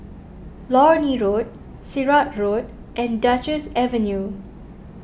Lornie Road Sirat Road and Duchess Avenue